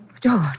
George